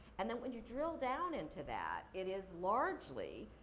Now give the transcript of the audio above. and, then, when you drill down into that, it is largely